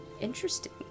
Interesting